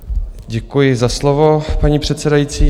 Děkuji za slovo, paní předsedající.